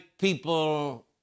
people